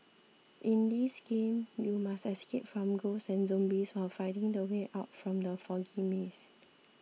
in this game you must escape from ghosts and zombies while finding the way out from the foggy maze